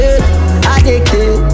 Addicted